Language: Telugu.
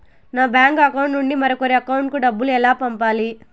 నా బ్యాంకు అకౌంట్ నుండి మరొకరి అకౌంట్ కు డబ్బులు ఎలా పంపాలి